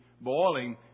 boiling